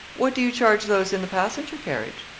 what do you charge those in the passenger-carriage?